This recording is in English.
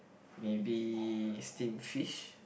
maybe steamed fish